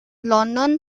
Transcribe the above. london